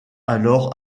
alors